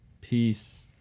peace